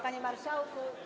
Panie Marszałku!